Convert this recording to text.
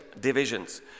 divisions